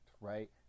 right